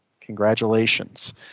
congratulations